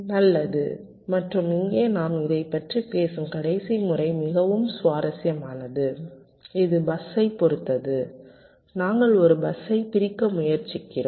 நல்லது மற்றும் இங்கே நாம் இதைப் பற்றி பேசும் கடைசி முறை மிகவும் சுவாரஸ்யமானது இது பஸ்ஸைப் பொறுத்தது நாங்கள் ஒரு பஸ்ஸைப் பிரிக்க முயற்சிக்கிறோம்